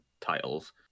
titles